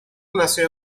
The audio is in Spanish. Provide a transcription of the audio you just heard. nació